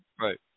Right